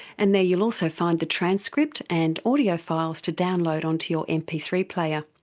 and there you'll also find the transcript and audio files to download onto your m p three player.